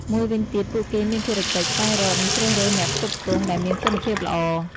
មួយវិញទៀត ពួកគេមានភារកិច្ច ស្វែងរក និងជ្រើសរើសអ្នកផ្គត់ផ្គង់ ដែលមានគុណភាពល្អ។